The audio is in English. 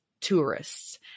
tourists